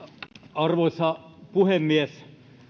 arvoisa puhemies